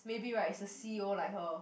maybe right is the C_E_O like her